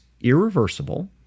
irreversible